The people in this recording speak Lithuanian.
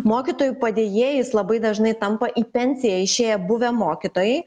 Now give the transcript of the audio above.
mokytojų padėjėjais labai dažnai tampa į pensiją išėję buvę mokytojai